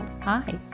Hi